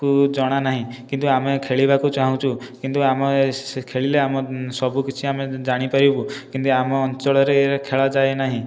କୁ ଜଣା ନାହିଁ କିନ୍ତୁ ଆମେ ଖେଳିବାକୁ ଚାହୁଁଛୁ କିନ୍ତୁ ଆମେ ଖେଳିଲେ ଆମେ ସବୁ କିଛି ଆମେ ଜାଣିପାରିବୁ କିନ୍ତୁ ଆମ ଅଞ୍ଚଳରେ ଖେଳାଯାଏ ନାହିଁ